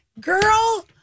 girl